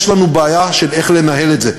יש לנו בעיה איך לנהל את זה.